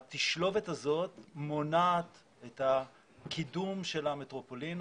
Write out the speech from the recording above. התשלובת הזאת מונעת את הקידום של המטרופולין.